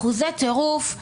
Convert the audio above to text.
אחוזי טירוף,